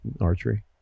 archery